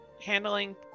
handling